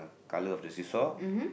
colour of the seesaw